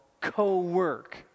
co-work